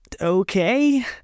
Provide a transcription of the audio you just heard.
okay